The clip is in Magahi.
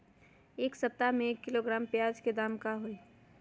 एक सप्ताह में एक किलोग्राम प्याज के दाम का होई?